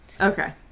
Okay